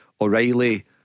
O'Reilly